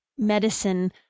medicine